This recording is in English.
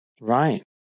Right